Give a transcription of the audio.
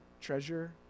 treasure